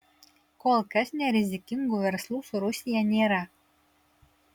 kol kas nerizikingų verslų su rusija nėra